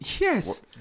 yes